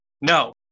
no